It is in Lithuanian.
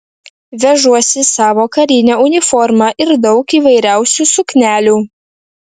vežuosi savo karinę uniformą ir daug įvairiausių suknelių